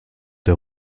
der